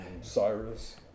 Cyrus